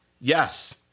Yes